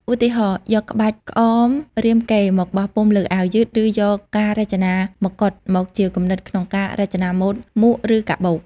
ឧទាហរណ៍ យកក្បាច់ក្អមរាមកេរ្តិ៍មកបោះពុម្ពលើអាវយឺត ឬយកការរចនាមកុដមកជាគំនិតក្នុងការរចនាម៉ូដមួកឬកាបូប។